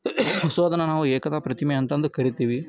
so ಅದನ್ನು ನಾವು ಏಕತಾ ಪ್ರತಿಮೆ ಅಂತಂದು ಕರಿತೀವಿ